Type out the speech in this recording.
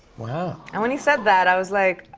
wow. and when he said that, i was like,